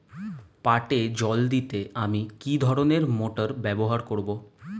পাটে জল দিতে আমি কি ধরনের মোটর ব্যবহার করব?